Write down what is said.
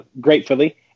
gratefully